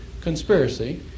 conspiracy